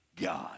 God